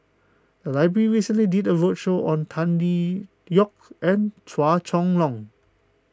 the library recently did a roadshow on Tan Tee Yoke and Chua Chong Long